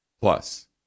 Plus